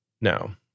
Now